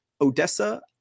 Odessa